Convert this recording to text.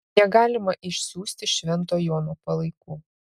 negalima išsiųsti švento jono palaikų